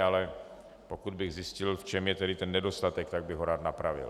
Ale pokud bych zjistil, v čem je tedy ten nedostatek, tak bych ho rád napravil.